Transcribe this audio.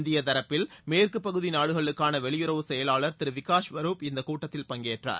இந்தியத் தரப்பில் மேற்கு பகுதி நாடுகளுக்கான வெளியுறவுச் செயலாளர் திரு விகாஸ் ஸ்வருப் இந்தக் கூட்டத்தில் பங்கேற்றறர்